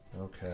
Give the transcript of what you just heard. Okay